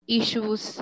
issues